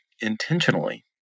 intentionally